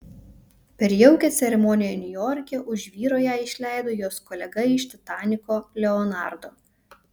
per jaukią ceremoniją niujorke už vyro ją išleido jos kolega iš titaniko leonardo